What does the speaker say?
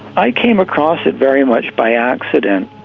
i came across it very much by accident.